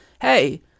hey